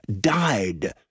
died